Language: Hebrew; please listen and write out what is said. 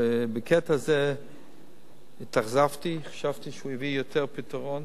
בקטע הזה התאכזבתי, חשבתי שהוא יביא יותר פתרון.